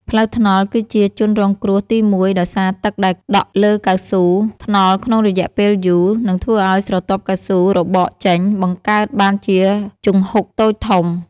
ផ្លូវថ្នល់គឺជាជនរងគ្រោះទីមួយ ដោយសារទឹកដែលដក់លើកៅស៊ូថ្នល់ក្នុងរយៈពេលយូរ នឹងធ្វើឱ្យស្រទាប់កៅស៊ូរបកចេញ បង្កើតបានជាជង្ហុកតូចធំ។